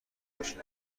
باشیم